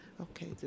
Okay